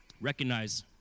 Recognize